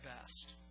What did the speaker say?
best